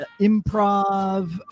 improv